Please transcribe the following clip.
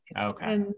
Okay